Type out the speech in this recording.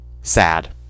Sad